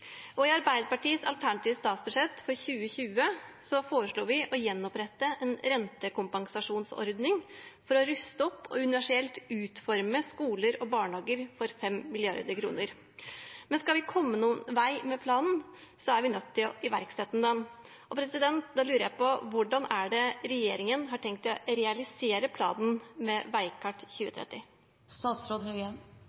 I Arbeiderpartiets alternative statsbudsjett for 2020 foreslår vi å gjenopprette en rentekompensasjonsordning for å ruste opp og universelt utforme skoler og barnehager for 5 mrd. kr. Men skal vi komme noen vei med planen, er vi nødt til å iverksette den. Da lurer jeg på hvordan regjeringen har tenkt å realisere planen Veikart. Universelt utformet nærskole 2030. Det er igangsatt flere statlige tiltak som er viktige i arbeidet med